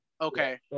okay